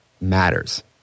matters